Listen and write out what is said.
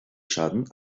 schaden